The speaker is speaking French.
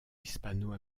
hispano